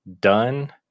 done